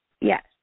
Yes